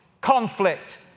conflict